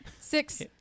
Six